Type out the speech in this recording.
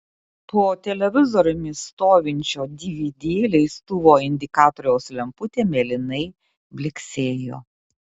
po televizoriumi stovinčio dvd leistuvo indikatoriaus lemputė mėlynai blyksėjo